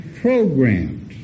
programmed